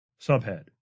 Subhead